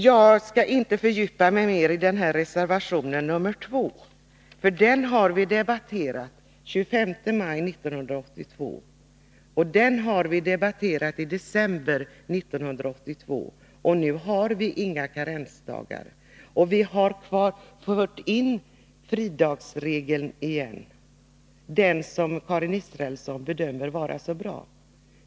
Jag skall inte fördjupa mig mer i reservation nr 2, därför att den har debatterats den 25 maj 1982 och i december 1982. Nu har vi inga karensdagar, och vi har fört in fridagsregeln igen, den som Karin Israelsson bedömer vara så bra.